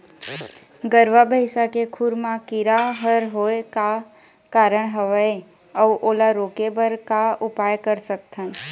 गरवा भैंसा के खुर मा कीरा हर होय का कारण हवए अऊ ओला रोके बर का उपाय कर सकथन?